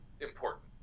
important